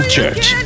Church